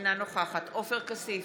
אינה נוכחת עופר כסיף,